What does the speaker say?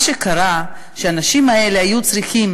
מה שקרה זה שהאנשים האלה היו צריכים